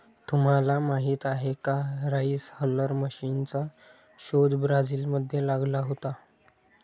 तुम्हाला माहीत आहे का राइस हलर मशीनचा शोध ब्राझील मध्ये लागला होता